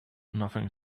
nothing